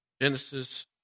Genesis